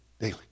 daily